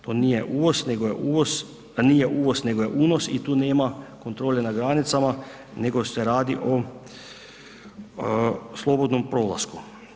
To nije uvoz, nego je uvoz, nije uvoz nego je unos i tu nema kontrole na granicama nego se radi o slobodnom prolasku.